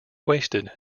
wasted